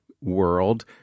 world